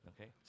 Okay